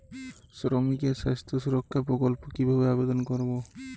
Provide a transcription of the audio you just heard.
শ্রমিকের স্বাস্থ্য সুরক্ষা প্রকল্প কিভাবে আবেদন করবো?